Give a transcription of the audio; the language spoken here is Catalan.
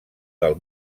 del